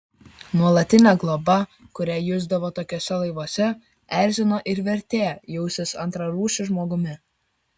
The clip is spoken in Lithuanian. nuolatinė globa kurią jusdavo tokiuose laivuose erzino ir vertė jaustis antrarūšiu žmogumi